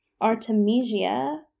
Artemisia